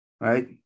right